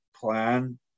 plan